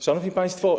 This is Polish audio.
Szanowni Państwo!